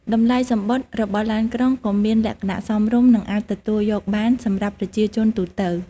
តម្លៃសំបុត្ររបស់ឡានក្រុងក៏មានលក្ខណៈសមរម្យនិងអាចទទួលយកបានសម្រាប់ប្រជាជនទូទៅ។